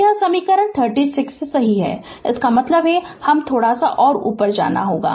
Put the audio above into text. तो यह समीकरण 36 सही है इसका मतलब है कि हम थोड़ा ऊपर जाना चाहियें